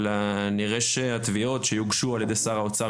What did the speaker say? אבל כנראה שהתביעות שהוגשו על ידי שר האוצר